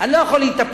אני לא יכול להתאפק,